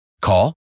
Call